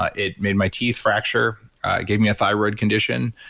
ah it made my teeth fracture, it gave me a thyroid condition,